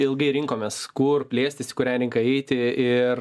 ilgai rinkomės kur plėstis į kurią rinką eiti ir